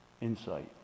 insight